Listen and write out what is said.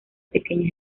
pequeñas